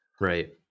right